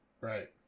Right